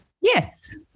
Yes